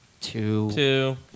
Two